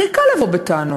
הכי קל לבוא בטענות,